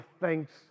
thanks